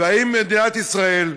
האם מדינת ישראל,